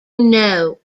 know